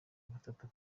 gatatu